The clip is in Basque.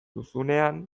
duzunean